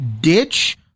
ditch